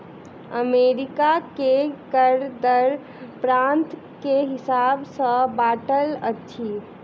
America में कर दर प्रान्त के हिसाब सॅ बाँटल अछि